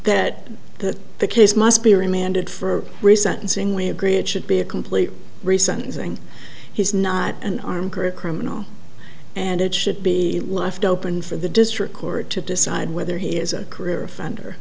that that the case must be remanded for resentencing we agree it should be a complete reasons and he's not an armed group criminal and it should be left open for the district court to decide whether he is a career offender